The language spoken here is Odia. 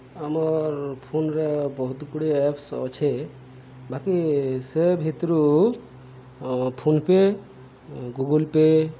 ଆମର୍ ଫୋନ୍ରେ ବହୁତ୍ ଗୁଡ଼େ ଆପ୍ସ୍ ଅଛେ ବାକି ସେ ଭିତ୍ରୁ ଫୋନ୍ପେ' ଗୁଗୁଲ୍ ପେ'